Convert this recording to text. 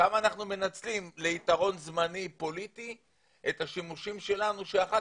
כמה אנחנו מנצלים ליתרון זמני פוליטי את השימושים שלנו שאחר